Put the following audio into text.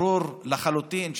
ברור לחלוטין,